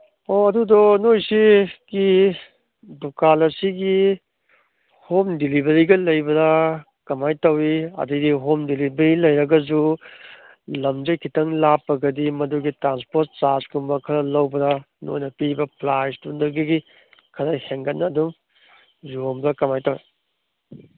ꯑꯣ ꯑꯗꯨꯗꯣ ꯅꯣꯏꯁꯤ ꯗꯨꯀꯥꯟ ꯑꯁꯤꯒꯤ ꯍꯣꯝ ꯗꯤꯂꯤꯕꯔꯤꯒ ꯂꯩꯕꯔꯥ ꯀꯃꯥꯏꯅ ꯇꯧꯋꯤ ꯑꯗꯩꯗꯤ ꯍꯣꯝ ꯗꯤꯂꯤꯕꯔꯤ ꯂꯩꯔꯒꯁꯨ ꯂꯝꯁꯦ ꯈꯤꯇꯪ ꯂꯥꯞꯄꯒꯗꯤ ꯃꯗꯨꯒꯤ ꯇ꯭ꯔꯥꯟꯁꯄꯣꯔꯠ ꯆꯥꯔꯖꯀꯨꯝꯕ ꯈꯔ ꯂꯩꯕꯔꯥ ꯅꯣꯏꯅ ꯄꯤꯕ ꯄ꯭ꯔꯥꯏꯁꯇꯨꯗꯒꯤ ꯈꯔ ꯍꯦꯟꯒꯠꯅ ꯑꯗꯨꯝ ꯌꯣꯟꯕ꯭ꯔꯥ ꯀꯃꯥꯏꯅ ꯇꯧꯋꯤ